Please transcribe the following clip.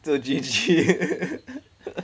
就 G_G